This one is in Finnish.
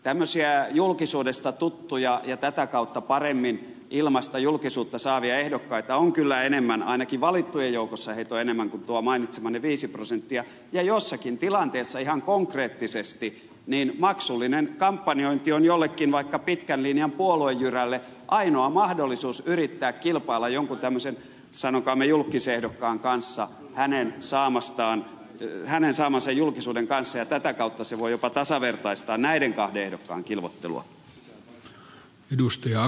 tämmöisiä julkisuudesta tuttuja ja tätä kautta paremmin ilmaista julkisuutta saavia ehdokkaita on kyllä enemmän ainakin valittujen joukoissa heitä on enemmän kuin tuo mainitsemanne viisi prosenttia ja jossakin tilanteessa ihan konkreettisesti maksullinen kampanjointi on jollekin vaikka pitkän linjan puoluejyrälle ainoa mahdollisuus yrittää kilpailla jonkun tämmöisen sanokaamme julkkisehdokkaan kanssa hänen saamansa julkisuuden kanssa ja tätä kautta se voi jopa tasavertaistaa näiden kahden ehdokkaan kilvoittelua